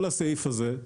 כל הסעיף הזה,